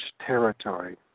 territory